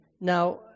Now